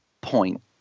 point